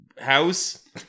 house